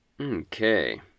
Okay